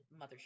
mothership